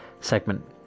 segment